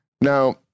Now